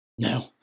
No